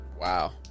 Wow